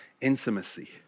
intimacy